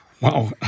Wow